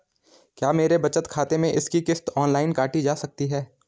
क्या मेरे बचत खाते से इसकी किश्त ऑनलाइन काटी जा सकती है?